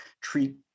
treat